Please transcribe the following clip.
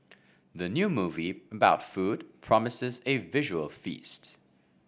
the new movie about food promises a visual feast